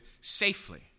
safely